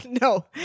No